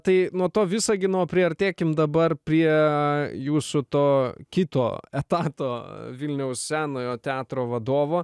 tai nuo to visagino priartėkim dabar prie jūsų to kito etato vilniaus senojo teatro vadovo